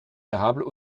érables